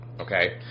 okay